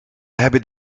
hebben